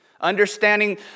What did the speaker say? Understanding